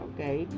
Okay